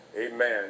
Amen